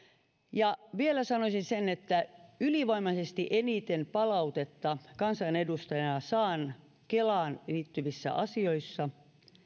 ja vielä sanoisin sen että ylivoimaisesti eniten palautetta kansanedustajana saan kelaan liittyvissä asioissa